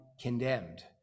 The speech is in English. condemned